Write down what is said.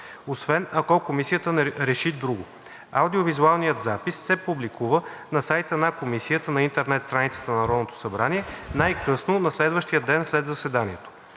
освен ако комисията реши друго. Аудио-визуалният запис се публикува на сайта на комисията на интернет страницата на Народното събрание най-късно на следващия ден след заседанието.